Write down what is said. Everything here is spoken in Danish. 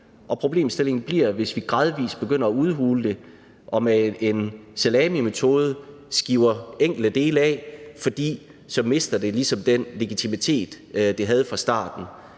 problemstillingen bliver, at hvis vi gradvis begynder at udhule det og med en salamimetode skiver enkelte dele af, mister det ligesom den legitimitet, det havde fra starten.